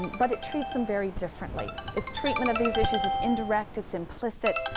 but it treats them very differently. its treatment of these issues is indirect, it's implicit.